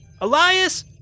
Elias